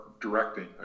directing